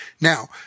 Now